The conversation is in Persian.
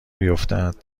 بیفتد